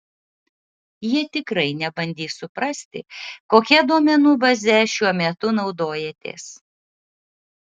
jie tikrai nebandys suprasti kokia duomenų baze šiuo metu naudojatės